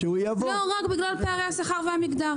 ולא רק בגלל פערי השכר והמגדר.